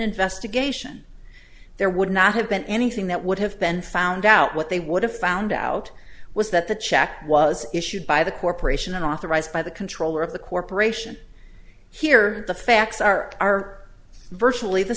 investigation there would not have been anything that would have been found out what they would have found out was that the check was issued by the corporation and authorized by the controller of the corporation here the facts are virtually the